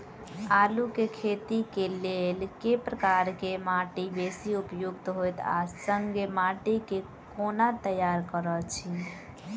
आलु केँ खेती केँ लेल केँ प्रकार केँ माटि बेसी उपयुक्त होइत आ संगे माटि केँ कोना तैयार करऽ छी?